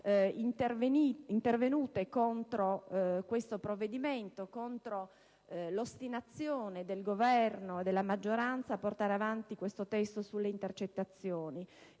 intervenute contro il provvedimento, contro l'ostinazione del Governo e della maggioranza a portare avanti questo testo sulle intercettazioni.